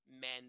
men